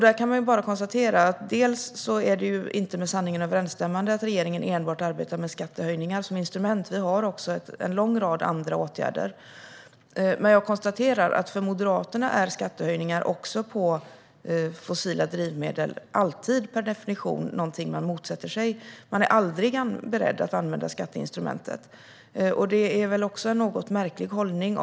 Där kan man konstatera att det inte är med sanningen överensstämmande att regeringen enbart skulle arbeta med skattehöjningar som instrument. Vi har en lång rad andra åtgärder. Men för Moderaterna är skattehöjningar, även på fossila drivmedel, alltid per definition någonting man motsätter sig. Man är aldrig beredd att använda skatteinstrumentet. Det är en något märklig hållning.